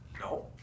No